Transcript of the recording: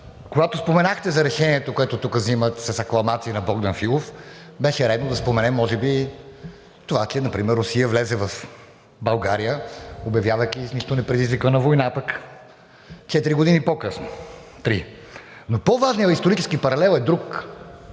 Когато споменахте за решението, което тук вземат с акламации на Богдан Филов, беше редно да споменем може би това, че например Русия влезе в България, обявявайки с нищо непредизвикана война, три години по-късно. Но по-важният исторически паралел е друг